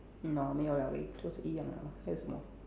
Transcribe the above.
!hannor! :没有了:mei you liao leh 都是一样啦还有什么